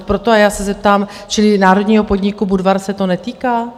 A já se zeptám čili národního podniku Budvar se to netýká?